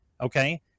okay